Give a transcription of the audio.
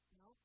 no